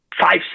five